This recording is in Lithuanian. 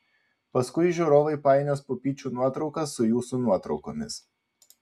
paskui žiūrovai painios pupyčių nuotraukas su jūsų nuotraukomis